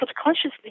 subconsciously